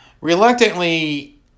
Reluctantly